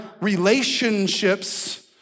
relationships